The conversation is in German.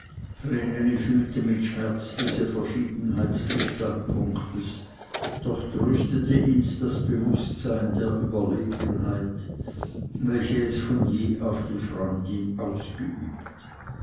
fühlte mit schmerz diese verschiedenheit des standpunktes doch tröstete ihns das bewußtsein der überlegenheit welche es von je auf die freundin geübt